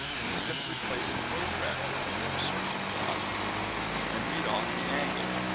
we simply place a protractor on the mohr circle plot and read off the angle,